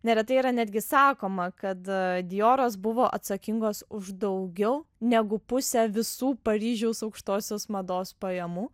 neretai yra netgi sakoma kad dioros buvo atsakingos už daugiau negu pusę visų paryžiaus aukštosios mados pajamų